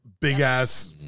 Big-ass